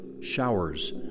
Showers